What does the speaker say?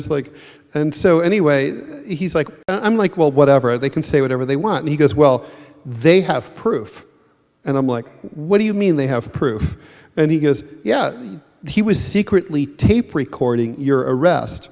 was like and so anyway he's like i'm like well whatever they can say whatever they want and he goes well they have proof and i'm like what do you mean they have proof and he goes yeah he was secretly tape recording your arrest